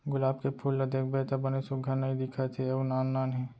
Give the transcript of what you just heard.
गुलाब के फूल ल देखबे त बने सुग्घर नइ दिखत हे अउ नान नान हे